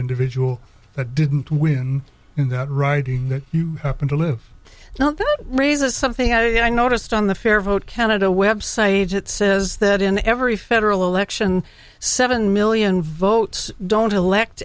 individual that didn't win in that writing that you happen to live now that raises something i noticed on the fair vote counted a website that says that in every federal election seven million votes don't elect